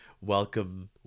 welcome